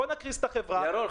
בוא נקריס את החברה --- ירון,